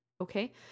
Okay